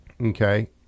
okay